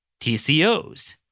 TCOs